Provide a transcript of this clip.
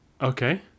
Okay